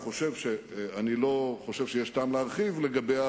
אני לא חושב שיש טעם להרחיב לגביה,